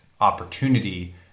opportunity